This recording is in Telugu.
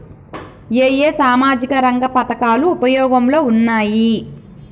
ఏ ఏ సామాజిక రంగ పథకాలు ఉపయోగంలో ఉన్నాయి?